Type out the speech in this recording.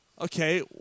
Okay